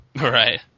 right